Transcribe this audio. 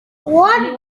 what